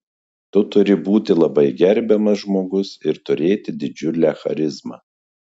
tu turi būti labai gerbiamas žmogus ir turėti didžiulę charizmą